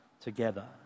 together